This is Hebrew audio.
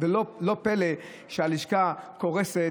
לא פלא שהלשכה קורסת